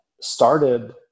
started